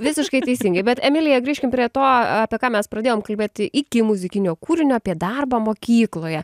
visiškai teisingai bet emilija grįžkim prie to apie ką mes pradėjom kalbėti iki muzikinio kūrinio apie darbą mokykloje